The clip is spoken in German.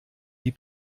die